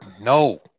no